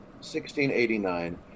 1689